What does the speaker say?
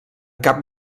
cap